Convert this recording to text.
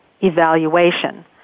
evaluation